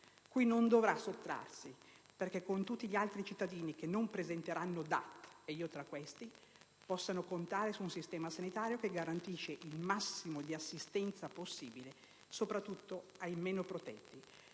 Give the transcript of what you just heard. cui non dovrà sottrarsi perché tutti i cittadini che non presenteranno DAT (ed io sarò tra questi) possano contare su un sistema sanitario che garantisce il massimo di assistenza possibile, soprattutto ai meno protetti.